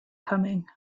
coming